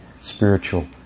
spiritual